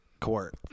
court